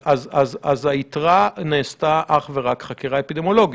אז היתרה נעשתה אך ורק בחקירה אפידמיולוגית.